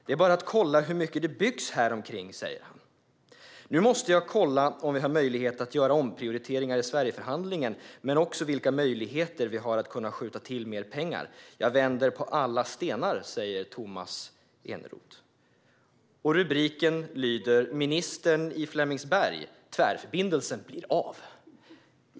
Det är bara att kolla på hur mycket det byggs häromkring. - Nu måste jag kolla på om vi har möjligheter att göra omprioriteringar i Sverigeförhandlingen, men också vilka möjligheter vi har att kunna skjuta till mer pengar. Jag vänder på alla stenar." Rubriken lyder "Ministern i Flemingsberg: 'Tvärförbindelsen blir av'".